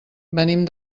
venim